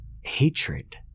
hatred